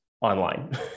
online